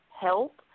help